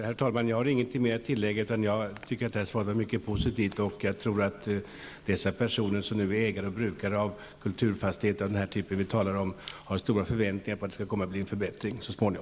Herr talman! Jag har ingenting mer att tillägga. Jag tycker att svaret var mycket positivt. De personer som är ägare/brukare av sådana kulturfastigheter som vi nu talar om har stora förväntningar på att det så småningom skall bli en förbättring.